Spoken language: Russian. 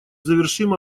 завершим